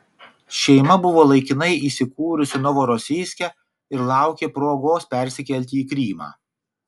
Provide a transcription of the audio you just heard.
šeima buvo laikinai įsikūrusi novorosijske ir laukė progos persikelti į krymą